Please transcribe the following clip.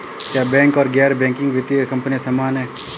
क्या बैंक और गैर बैंकिंग वित्तीय कंपनियां समान हैं?